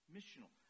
Missional